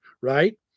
Right